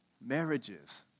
marriages